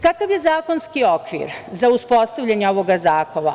Kakav je zakonski okvir za uspostavljanje ovoga zahteva?